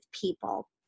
people